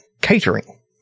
catering